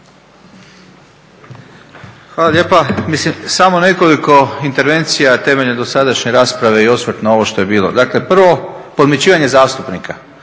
Hvala lijepa. Samo nekoliko intervencija temeljem dosadašnje rasprave i osvrt na ovo što je bilo. Dakle, podmićivanje zastupnika,